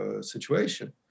situation